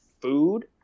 food